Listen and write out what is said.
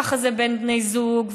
ככה זה בין בני זוג,